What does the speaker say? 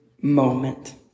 moment